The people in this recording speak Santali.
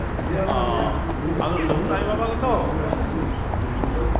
ᱚᱻ ᱟᱢᱫᱚ ᱥᱟᱹᱜᱩᱱ ᱟᱡ ᱵᱟᱵᱟ ᱜᱮᱛᱚ